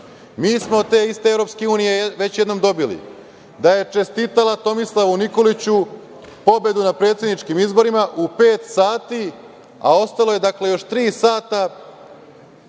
smo od te iste EU već jednom dobili da je čestitala Tomislavu Nikoliću pobedu na predsedničkim izborima u pet sati, a ostalo je još tri sata